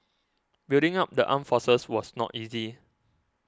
building up the armed forces was not easy